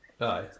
Aye